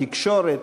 תקשורת,